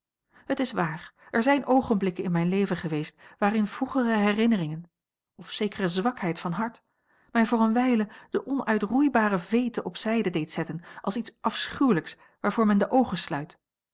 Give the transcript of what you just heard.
het is waar er zijn oogenblikken in mijn leven geweest waarin vroegere herinneringen of zekere zwakheid van hart mij voor eene wijle de onuitroeibare veete op zijde deed zetten als iets afschuwelijks waarvoor men de oogen sluit